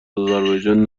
آذربایجان